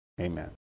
Amen